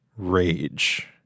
rage